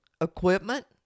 equipment